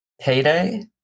Payday